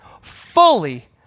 fully